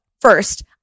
first